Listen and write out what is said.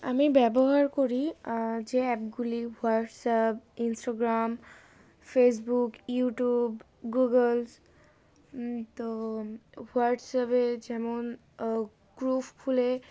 আমি ব্যবহার করি যে অ্যাপগুলি WhatsApp Instagram Facebook YouTube Googles তো হোয়াটসঅ্যাপে যেমন গ্রুপ খুলে